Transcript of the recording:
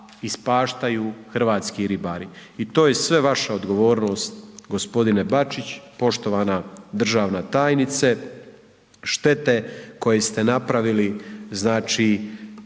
ispaštaju hrvatski ribari i to je sve vaša odgovornost g. Bačić, poštovana državna tajnice, štete koje ste napravili, znači,